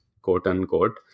quote-unquote